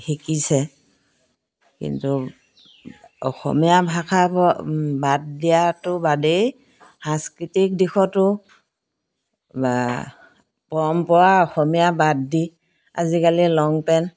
শিকিছে কিন্তু অসমীয়া ভাষাৰ প বাদ দিয়াতো বাদেই সাংস্কৃতিক দিশতো পৰম্পৰা অসমীয়া বাদ দি আজিকালি লং পেন